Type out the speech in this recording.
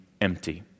empty